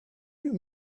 you